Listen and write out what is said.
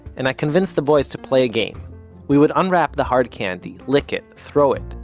and i convinced the boys to play a game we would unwrap the hard candy, lick it, throw it,